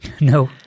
No